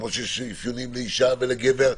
וכמו שיש אפיונים לאישה ולגבר,